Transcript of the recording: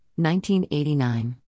1989